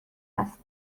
است